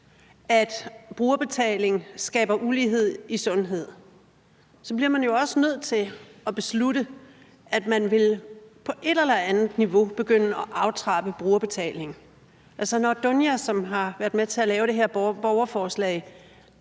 at brugerbetaling skaber ulighed i sundhed, bliver man jo også nødt til at beslutte, at man på et eller andet niveau vil begynde at aftrappe brugerbetaling. Altså, Dunja Fogelberg Hansen, som har været med til at lave det her borgerforslag,